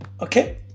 okay